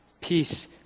peace